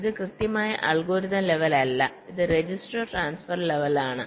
ഇത് കൃത്യമായി algorithm level അല്ല ഇത് രജിസ്റ്റർ ട്രാൻസ്ഫർ ലെവൽ ആണ്